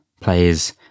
players